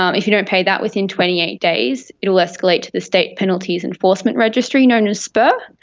um if you don't pay that within twenty eight days it will escalate to the state penalties enforcement registry, known as sper,